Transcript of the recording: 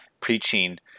preaching